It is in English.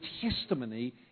testimony